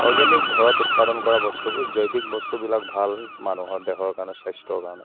organic ঘৰত উৎপাদন কৰা বস্তুবোৰ জৈৱিক বস্তুবিলাক ভাল মানুহৰ দেহৰ কাৰণে স্বাস্থ্যৰ কাৰণে